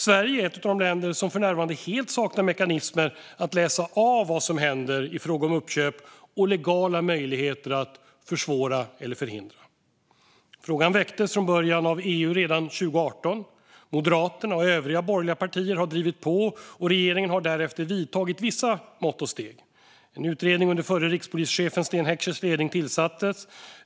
Sverige är ett av de länder som för närvarande helt saknar mekanismer att läsa av vad som händer i fråga om uppköp och legala möjligheter att försvåra eller förhindra sådana. Frågan väcktes från början av EU redan 2018. Moderaterna och övriga borgerliga partier har drivit på, och regeringen har därefter vidtagit vissa mått och steg. En utredning under förre rikspolischefen Sten Heckschers ledning tillsattes.